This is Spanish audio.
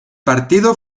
partido